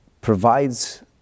provides